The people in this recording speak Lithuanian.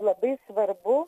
labai svarbu